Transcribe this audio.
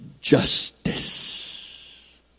justice